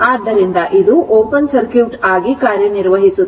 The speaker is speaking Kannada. ಆದ್ದರಿಂದ ಇದು ಓಪನ್ ಸರ್ಕ್ಯೂಟ್ ಆಗಿ ಕಾರ್ಯನಿರ್ವಹಿಸುತ್ತದೆ